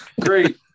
great